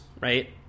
Right